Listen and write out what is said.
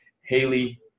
Haley